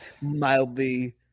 mildly